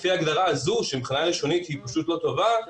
לפי ההגדרה הזו שמבחינה לשונית היא פשוט לא טובה,